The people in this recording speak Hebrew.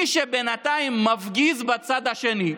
מי שבינתיים מפגיז בצד השני,